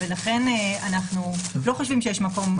ולכן אנחנו לא חושבים שיש מקום לעגן את זה.